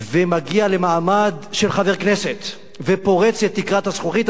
ומגיע למעמד של חבר כנסת ופורץ את תקרת הזכוכית הזו